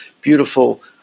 beautiful